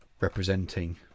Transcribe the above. representing